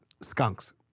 Skunks